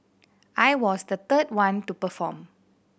I was the third one to perform